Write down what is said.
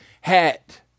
hat